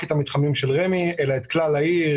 את המתחמים של רמ"י אלא את כלל העיר.